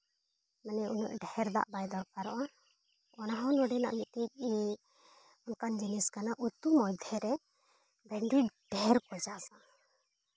ᱢᱟᱱᱮ ᱩᱱᱟᱹᱜ ᱰᱷᱮᱹᱨ ᱫᱟᱜ ᱵᱟᱭ ᱫᱚᱨᱠᱟᱨᱚᱜᱼᱟ ᱚᱱᱟᱦᱚᱸ ᱱᱚᱰᱮᱱᱟᱜ ᱢᱤᱫᱴᱤᱡ ᱚᱱᱠᱟᱱ ᱡᱤᱱᱤᱥ ᱠᱟᱱᱟ ᱩᱛᱩ ᱢᱚᱫᱽᱫᱷᱮ ᱨᱮ ᱵᱷᱮᱱᱰᱤ ᱰᱷᱮᱹᱨ ᱠᱚ ᱪᱟᱥᱟ